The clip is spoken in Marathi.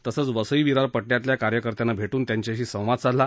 तसच वसई विरार पट्टयातील कार्यकर्त्यांना भेट्न त्यांच्याशी संवाद साधला